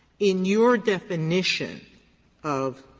in your definition of